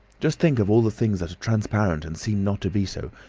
just think of all the things that are transparent and seem not to be so.